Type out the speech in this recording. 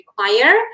require